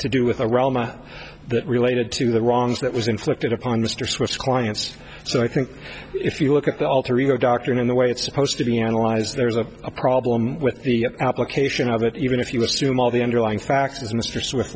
to do with a realm that related to the wrongs that was inflicted upon mr swiss clients so i think if you look at the alter ego dr in the way it's supposed to be analyzed there's a problem with the application of it even if you assume all the underlying facts as mr smith